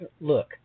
look